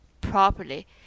properly